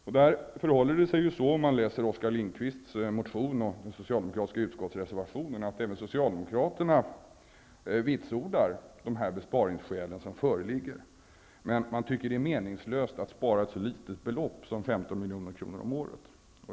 Om man läser Oskar Lindkvists motion och den socialdemokratiska utskottsreservationen finner man att även Socialdemokraterna vitsordar de besparingsbehov som föreligger, men man tycker att det är meningslöst att spara ett så litet belopp som 15 milj.kr. om året.